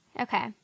Okay